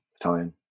Italian